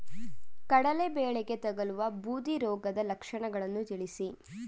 ಕಡಲೆ ಬೆಳೆಗೆ ತಗಲುವ ಬೂದಿ ರೋಗದ ಲಕ್ಷಣಗಳನ್ನು ತಿಳಿಸಿ?